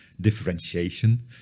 differentiation